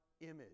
image